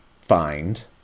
find